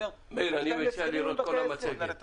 מאיר, אני מציע לראות את כל המצגת.